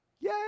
Yay